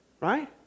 right